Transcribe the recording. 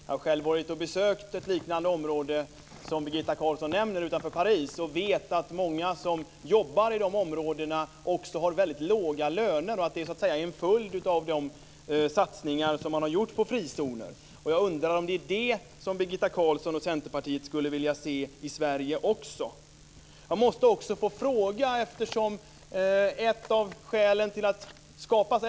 Jag har själv besökt ett område som liknar det som Birgitta Carlsson nämner utanför Paris och vet att många som jobbar i de områdena också har väldigt låga löner och att det är en följd av de satsningar som man har gjort på frizoner. Jag undrar om det är det som Birgitta Carlsson och Centerpartiet skulle vilja se i Sverige också. Jag måste också få ställa en annan fråga.